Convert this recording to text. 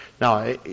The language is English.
Now